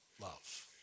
love